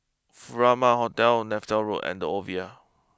Furama Hotel Neythal Road and the Oval